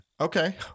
Okay